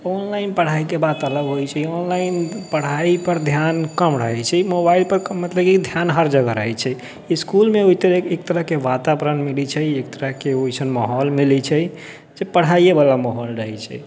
online पढ़ाइके बात अलग होइ छै ऑनलाइन पढ़ाइपर धिआन कम रहै छै मोबाइलपर मतलब ई धिआन हर जगह रहै छै इसकुलमे ओहि तरहके एक तरहके वातावरण रहै छै एक तरहके अइसन माहौल मिलै छै जे पढ़ाइएवला माहौल रहै छै